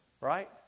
Right